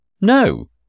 no